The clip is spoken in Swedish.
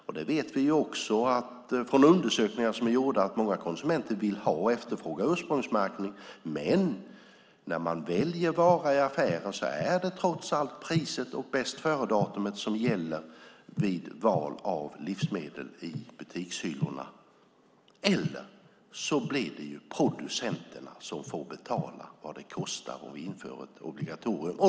Vi vet från gjorda undersökningar att många konsumenter vill och efterfrågar ursprungsmärkning, men när de väljer livsmedel i hyllorna i affären är det trots allt priset och bästföredatumet som gäller. Eller så får producenterna betala vad det kostar att införa ett obligatorium.